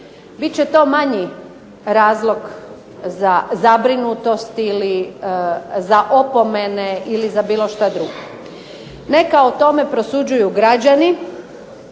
će to manji razlog za zabrinutost ili za opomene ili za bilo šta drugo. Neka o tome prosuđuju građani,